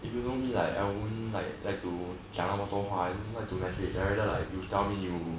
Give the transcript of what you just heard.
if you know me like I won't like like to 讲那么多话 like you tell me you